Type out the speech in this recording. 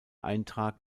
eintrag